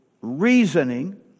reasoning